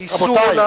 רבותי,